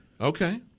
okay